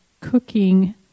Cooking